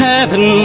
Heaven